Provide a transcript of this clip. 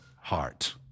heart